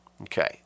Okay